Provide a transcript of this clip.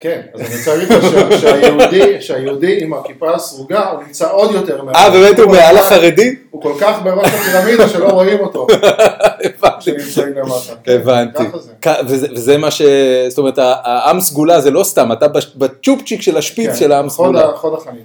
כן, אז אני מציירים לך שהיהודי עם הכיפה הסרוגה הוא נמצא עוד יותר מעלה. אה, באמת? הוא מעל חרדי? הוא כל כך בראש הפרמידה שלא רואים אותו. הבנתי, הבנתי. וזה מה ש... זאת אומרת, העם סגולה זה לא סתם, אתה בצ'ופצ'יק של השפיץ של העם סגולה. כן, חוד החנית.